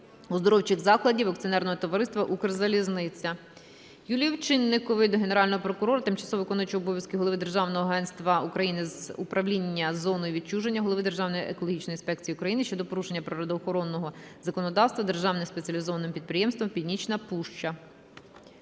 оздоровчих закладів акціонерного товариства "Укрзалізниця". Юлії Овчинникової до Генерального прокурора, тимчасово виконуючого обов'язки голови Державного агентства України з управління зоною відчуження, голови Державної екологічної інспекції України щодо порушення природоохоронного законодавства державним спеціалізованим підприємством "Північна Пуща".